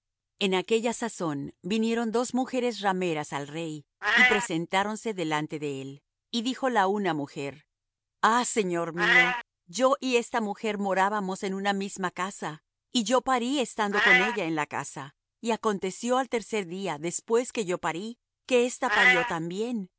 en aquella sazón vinieron dos mujeres rameras al rey y presentáronse delante de él y dijo la una mujer ah señor mío yo y esta mujer morábamos en una misma casa y yo parí estando con ella en la casa y aconteció al tercer día después que yo parí que ésta parió también